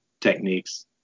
techniques